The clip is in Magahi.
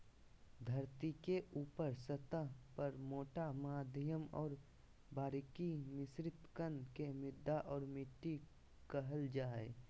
धरतीके ऊपरी सतह पर मोटा मध्यम और बारीक मिश्रित कण के मृदा और मिट्टी कहल जा हइ